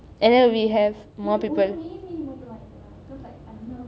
and then we have more people